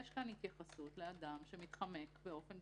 יש כאן התייחסות לאדם שמתחמק באופן